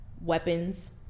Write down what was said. weapons